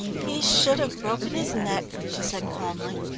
he should have broken his neck, she said calmly.